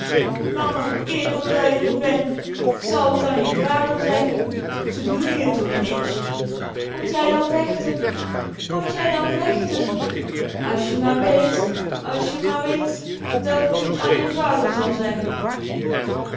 lamme kerel da je d'r ben k zal t an je vader zeggen ze doene je toch niks mot jij dan vechten mot jij dan vechten as je maar weet als je maar weet da'k t an je vader zal zeggen